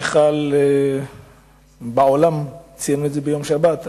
שמספרה 1596. יש לך עשר דקות.